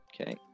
okay